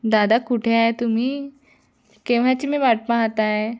दादा कुठे आहे तुम्ही केव्हाची मी वाट पाहत आहे